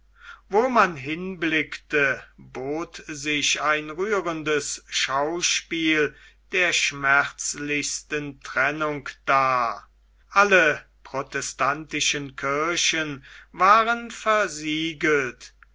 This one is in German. wo man hin blickte bot sich ein rührendes schauspiel der schmerzlichsten trennung dar alle protestantischen kirchen waren versiegelt